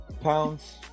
pounds